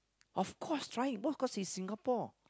of course trying because he Singapore